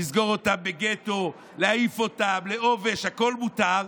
לסגור אותם בגטו, להעיף אותם, לעובש, הכול מותר,